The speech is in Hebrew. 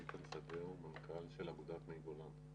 איתן שדה הוא מנכ"ל אגודת מי גולן.